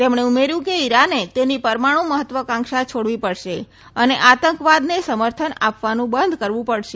તેમણે ઉમેર્યું કે ઈરાને તેની પરમાણું મહત્વકાંક્ષા છોડવી પડશે અને આતંકવાદે સમર્થન આપવાનું બંધ કરવું પડશે